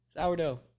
Sourdough